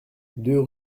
deux